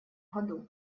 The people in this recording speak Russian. году